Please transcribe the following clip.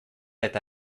eta